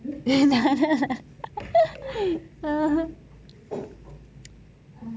um